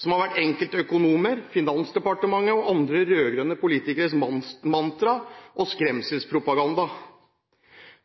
som har vært enkelte økonomers, Finansdepartementets og rød-grønne politikeres mantra og skremselspropaganda.